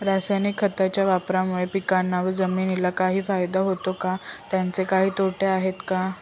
रासायनिक खताच्या वापरामुळे पिकांना व जमिनीला काही फायदा होतो का? त्याचे काही तोटे आहेत का?